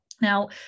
now